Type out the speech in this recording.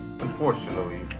Unfortunately